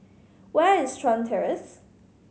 where is Chuan Terrace